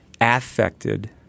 affected